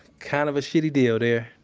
kind of a shitty deal there.